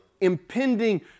impending